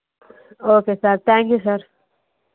okay sir thank you sir